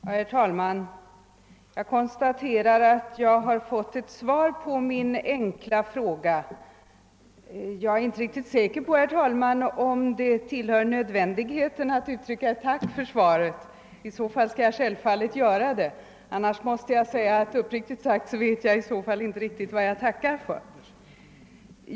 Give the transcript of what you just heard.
Herr talman! Jag konstaterar att jag har fått ett svar på min enkla fråga, men jag är inte riktigt säker på, herr talman, att det är nödvändigt att uttrycka ett tack för svaret. I så fall skall jag självfallet göra det, även om jag uppriktigt sagt inte riktigt vet vad jag tackar för.